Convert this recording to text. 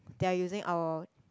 they are using our